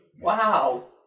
Wow